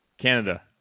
Canada